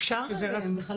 אנחנו אספנו